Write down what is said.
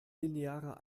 linearer